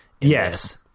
Yes